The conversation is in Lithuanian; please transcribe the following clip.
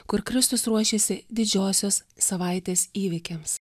kur kristus ruošėsi didžiosios savaitės įvykiams